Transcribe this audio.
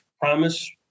promise